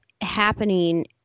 happening